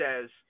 says